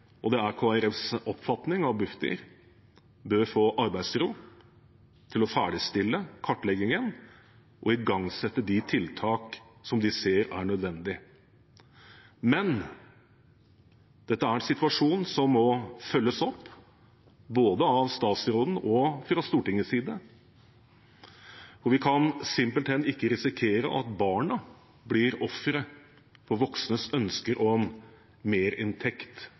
Det er Kristelig Folkepartis oppfatning at Bufdir bør få arbeidsro til å ferdigstille kartleggingen og igangsette de tiltak som de ser er nødvendige. Men dette er en situasjon som må følges opp, både av statsråden og fra Stortingets side. Vi kan simpelthen ikke risikere at barna blir ofre for voksnes ønsker om